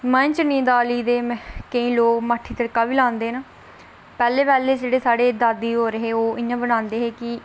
मांह् चने दी दाली गी लोक माठी तड़का लांदे ना पैह्लें पैह्लें साढ़े दादी होर हे ओह् इ'यां बनांदे हे के